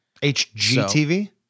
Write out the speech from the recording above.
HGTV